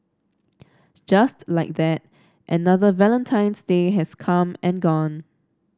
just like that another Valentine's Day has come and gone